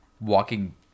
walking